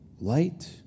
Light